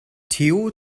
theo